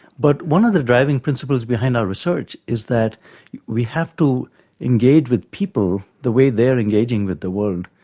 but one of the driving principles behind our research is that we have to engage with people the way they are engaging with the world.